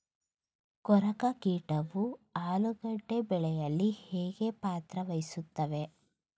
ಕೊರಕ ಕೀಟವು ಆಲೂಗೆಡ್ಡೆ ಬೆಳೆಯಲ್ಲಿ ಹೇಗೆ ಪಾತ್ರ ವಹಿಸುತ್ತವೆ?